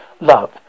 Love